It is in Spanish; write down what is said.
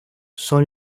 son